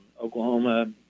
Oklahoma